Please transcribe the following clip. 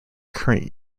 current